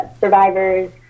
survivors